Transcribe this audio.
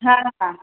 हा हा